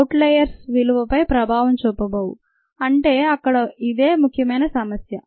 outliers విలువ పై ప్రభావం చూపబోవు అంటే ఇక్కడ ఇదే ముఖ్యమైన సమస్య